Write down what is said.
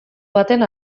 baten